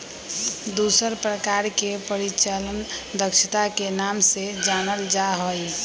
दूसर प्रकार के परिचालन दक्षता के नाम से जानल जा हई